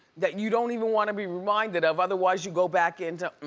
that you don't even wanna be reminded of, otherwise you go back into mm,